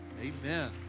Amen